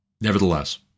Nevertheless